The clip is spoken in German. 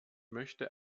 möchte